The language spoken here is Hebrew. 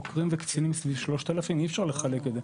יש חוקרים וקצינים כ-3,000 אי אפשר לחלק את זה.